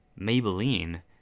Maybelline